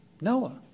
Noah